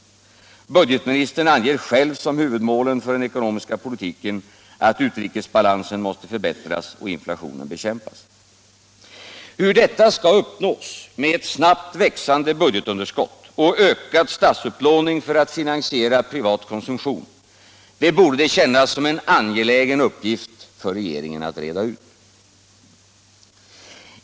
Budgetministern anger själv som huvudmål för den ekonomiska politiken att utrikesbalansen måste förbättras och inflationen bekämpas. Hur detta skall uppnås med ett snabbt växande budgetunderskott och en ökad statsupplåning för att finansiera privat konsumtion borde kännas som en angelägen uppgift för regeringen att reda ut.